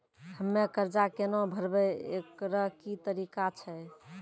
हम्मय कर्जा केना भरबै, एकरऽ की तरीका छै?